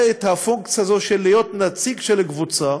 את הפונקציה הזאת של להיות נציג של קבוצה?